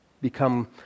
become